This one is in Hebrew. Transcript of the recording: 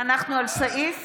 אנחנו מצביעים על סעיף